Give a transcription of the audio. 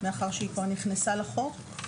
מאחר שהיא כבר נכנסה לחוק.